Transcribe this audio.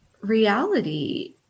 reality